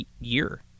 year